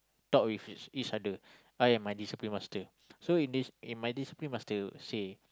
talk with each other I and my discipline master so if this if my discipline master say